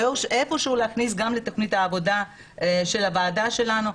ואיפה שהוא להכניס את זה גם לתכנית העבודה של הוועדה שלנו.